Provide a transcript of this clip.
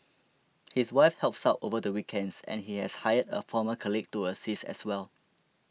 his wife helps out over the weekends and he has hired a former colleague to assist as well